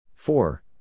Four